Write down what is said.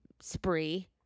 spree